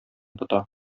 тота